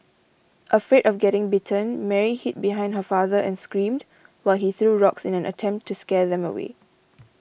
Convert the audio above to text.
afraid of getting bitten Mary hid behind her father and screamed while he threw rocks in an attempt to scare them away